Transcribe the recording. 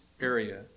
area